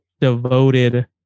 devoted